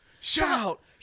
Shout